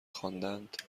خواندند